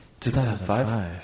2005